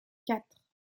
quatre